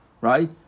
Right